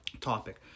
topic